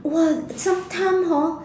!wah! sometime hor